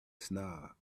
sob